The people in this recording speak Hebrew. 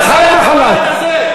הוא עושה ברדק, הוא עושה ברדק.